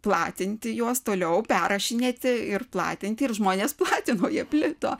platinti juos toliau perrašinėti ir platinti ir žmonės platino jie plito